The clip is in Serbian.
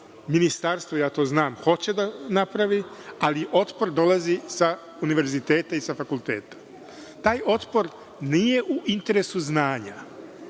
ministarstvu, ja to znam, hoće da napravi, ali otpor dolazi sa univerziteta i sa fakulteta. Taj otpor nije u interesu znanja,